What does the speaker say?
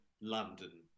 London